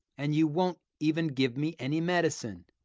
and you won't even give me any medicine.